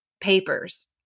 papers